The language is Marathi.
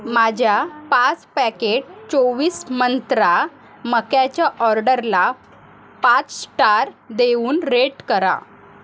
माझ्या पाच पॅकेट चोवीस मंत्रा मक्याच्या ऑर्डरला पाच स्टार देऊन रेट करा